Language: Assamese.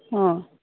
অঁ